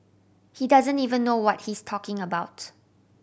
he doesn't even know what he's talking about